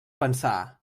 pensar